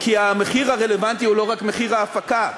כי המחיר הרלוונטי הוא לא רק מחיר ההפקה.